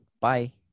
Bye